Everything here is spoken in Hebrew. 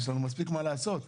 יש לנו מספיק לעשות.